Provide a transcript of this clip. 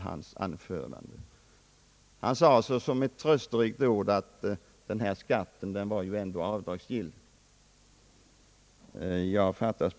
Han sade såsom ett trösterikt ord att denna skatt ändå var att beteckna som avdragsgill kostnad.